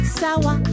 sour